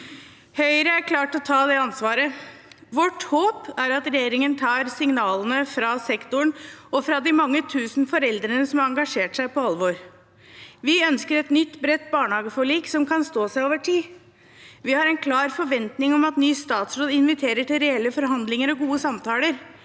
Høyre er klar til å ta det ansvaret. Vårt håp er at regjeringen tar signalene fra sektoren og fra de mange tusen foreldrene som har engasjert seg, på alvor. Vi ønsker et nytt bredt barnehageforlik som kan stå seg over tid. Vi har en klar forventning om at ny statsråd inviterer til reelle forhandlinger og gode samtaler.